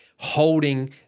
holding